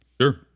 Sure